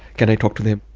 can i talk to them?